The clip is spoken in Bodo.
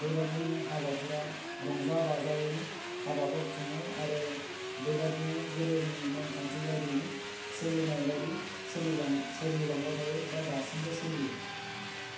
बेबायदिनो हाबाफोराव रंजा बाजायैनो हाबाखौ खुङो आरो बेबायदियैनो गोदोनि नेमखान्थि बायदियैनो सोलिनायबायदि सोलिलां सोलिलांबाय थायो बा दासिमबो सोलियो